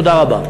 תודה רבה.